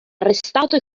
arrestato